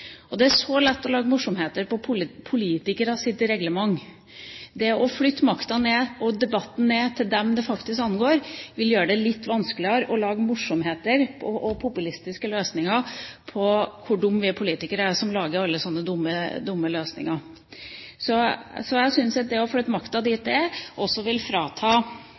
og det er så lett å lage morsomheter rundt politikeres reglement. Det å flytte makta – og debatten – ned til dem det faktisk angår, vil gjøre det litt vanskeligere å lage morsomheter og populistiske løsninger på hvor dumme vi politikere er som lager slike dumme løsninger. Så det å flytte makta ned vil også frata en muligheten for å lage morsomheter rundt den jobben vi gjør i denne sal, og det vil